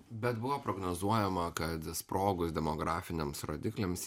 bet buvo prognozuojama kad sprogus demografiniams rodikliams